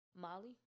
Molly